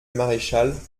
maréchale